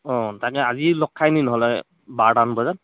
অ' তাকে আজি লগ খায় নেকি নহ'লে বাৰটামান বজাত